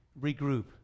Regroup